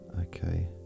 Okay